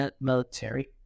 military